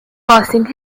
causing